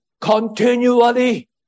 continually